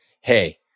Hey